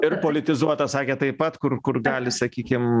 ir politizuota sakėt taip pat kur kur gali sakykim